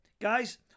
Guys